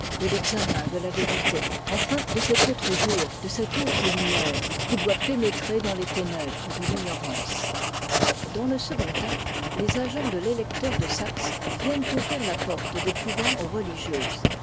de l'examen de la vérité enfin de cet autre jour de cette autre lumière qui doit pénétrer dans les ténèbres de l'ignorance dans le second acte les agents de l'électeur de saxe viennent ouvrir la porte des couvents aux religieuses